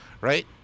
right